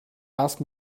ask